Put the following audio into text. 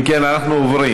אם כן, אנחנו עוברים